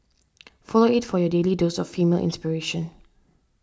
follow it for your daily dose of female inspiration